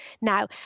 now